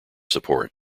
support